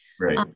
Right